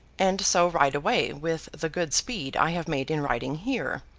and so ride away with the good speed i have made in riding here